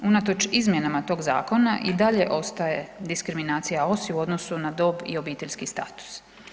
Unatoč izmjenama tog zakona i dalje ostaje diskriminacija OSI u odnosu na dob i obiteljski status.